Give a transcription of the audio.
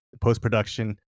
Post-production